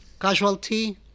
Casualty